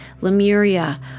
Lemuria